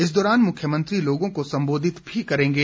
इस दौरान मुख्यमंत्री लोगों को संबोधित भी करेंगे